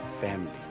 family